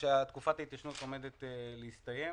שתקופת ההתיישנות עומדת להסתיים